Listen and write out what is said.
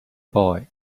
boy